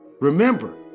Remember